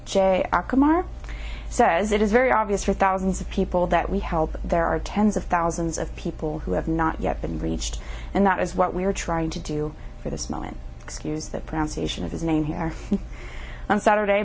as it is very obvious for thousands of people that we help there are tens of thousands of people who have not yet been reached and that is what we are trying to do for this moment excuse that pronunciation of his name here on saturday